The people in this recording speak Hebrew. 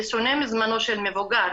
זה שונה מזמנו של מבוגר,